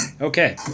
Okay